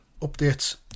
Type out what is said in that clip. updates